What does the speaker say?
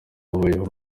babayeho